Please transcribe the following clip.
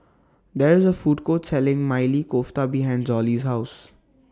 There IS A Food Court Selling Maili Kofta behind Zollie's House